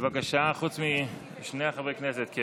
חוץ משני חברי הכנסת.